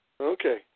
Okay